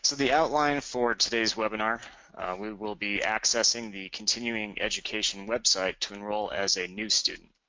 so the outline for today's webinar we will be accessing the continuing education website to enroll as a new student.